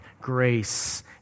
grace